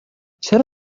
چرا